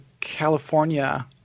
California